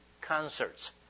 concerts